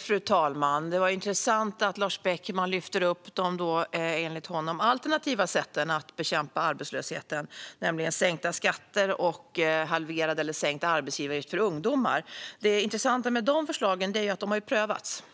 Fru talman! Det var intressant att Lars Beckman lyfte upp de, enligt honom, alternativa sätten att bekämpa arbetslösheten, nämligen sänkta skatter och halverad eller sänkt arbetsgivaravgift för ungdomar. Det intressanta med de förslagen är att de har prövats.